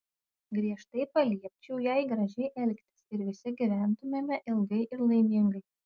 griežtai paliepčiau jai gražiai elgtis ir visi gyventumėme ilgai ir laimingai